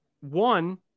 one